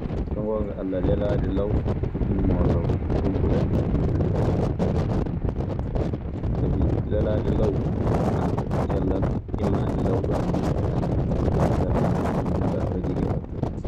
So ngoonga Alla, lelaade law so immoo law. Ɗun ɓuranikan minkaa uhum, sabi lelaade law ana hokka cellal, immaade law duu ana moƴƴi sanne, a heɓaan njulaa fajiri e wakkati.